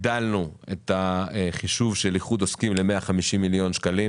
הגדלנו את החישוב של איחוד עוסקים ל-150 מיליון שקלים